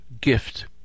gift